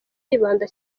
yibanda